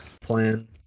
plan